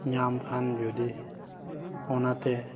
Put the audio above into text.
ᱧᱟᱢᱠᱷᱟᱱ ᱡᱚᱫᱤ ᱚᱱᱟᱛᱮ